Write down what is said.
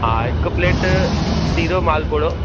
हा हिकु प्लेट सीरो माल पुड़ो